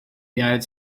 united